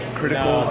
critical